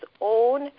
own